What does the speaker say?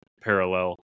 parallel